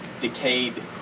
decayed